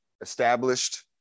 established